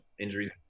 Injuries